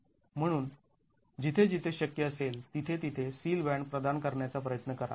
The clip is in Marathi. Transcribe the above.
म्हणून जिथे जिथे शक्य असेल तिथे तिथे सील बॅन्ड प्रदान करण्याचा प्रयत्न करा